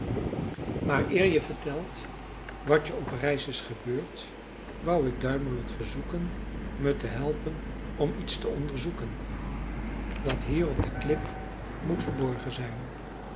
maar eer je vertelt wat je op reis is gebeurd wou ik duimelot verzoeken me te helpen om iets te onderzoeken dat hier op de klip moet verborgen zijn